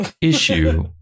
issue